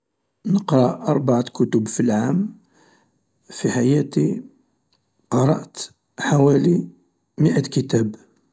نقرا أربعة كتب في العام في حياتي قرأت حوالي مئة كتاب.